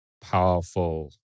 powerful